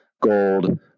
gold